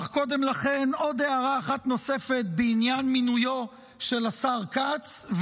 אך קודם לכן עוד הערה אחת נוספת בעניין מינויו של השר כץ,